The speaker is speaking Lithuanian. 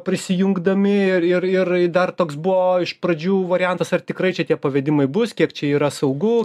prisijungdami ir ir dar toks buvo iš pradžių variantas ar tikrai čia tie pavedimai bus kiek čia yra saugu